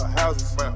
houses